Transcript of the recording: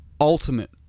ultimate